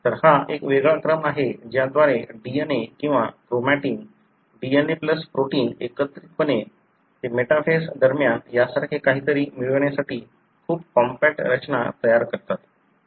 तर हा एक वेगळा क्रम आहे ज्याद्वारे DNA किंवा क्रोमॅटिन DNA प्लस प्रोटीन एकत्रितपणे ते मेटाफेस दरम्यान यासारखे काहीतरी मिळविण्यासाठी खूप कॉम्पॅक्ट रचना तयार करतात